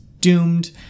doomed